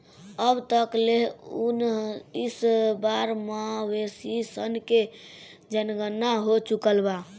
अब तक ले उनऽइस बार मवेशी सन के जनगणना हो चुकल बा